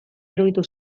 iruditu